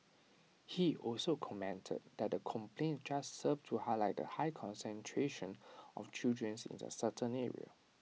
he also commented that the complaints just served to highlight the high concentration of children's in A certain area